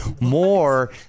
more